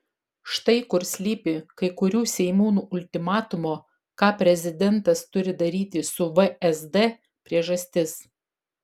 štai kur slypi kai kurių seimūnų ultimatumo ką prezidentas turi daryti su vsd priežastis